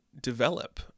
develop